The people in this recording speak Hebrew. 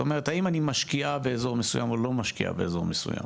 את אומרת האם אני משקיעה באזור מסוים או לא משקיעה באזור מסוים.